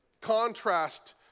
contrast